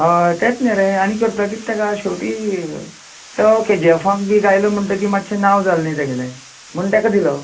हय तेंत न्ही रे आनी करतो कित करतले तेका शेवटी तो केजीएफाक बी गायलो म्हणटगीर मात्शें नांव जाल्लें तेगेलें म्हूण तेका दिलो